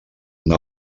una